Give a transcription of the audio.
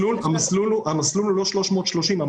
המסלול הוא לא סעיף 330 לפקודת העיריות,